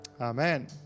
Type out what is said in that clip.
amen